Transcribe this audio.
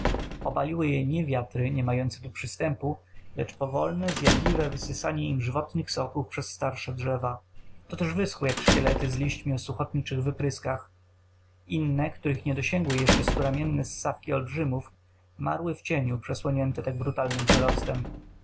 je nie wiatry nie mające tu przystępu lecz powolne zjadliwe wysysanie im żywotnych soków przez starsze drzewa to też wyschły jak szkielety z liśćmi o suchotniczych wypryskach inne których nie dosięgły jeszcze sturamienne ssawki olbrzymów marły w cieniu przesłonione tak brutalnym przerostem